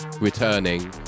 returning